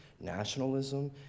nationalism